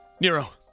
Nero